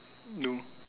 no